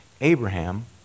Abraham